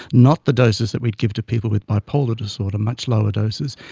not the doses that we'd give to people with bipolar disorder, much lower doses,